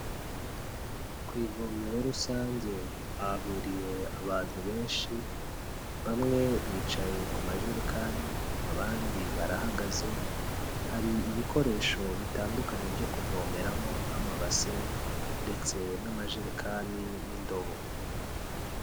Ku ivomero rusange hahuriye abantu benshi, bamwe bicaye ku majerekani, abandi barahagaze, hari ibikoresho bitandukanye byo kuvomeramo nk'amabase ndetse n'amajerekani n'indobo.